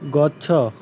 ଗଛ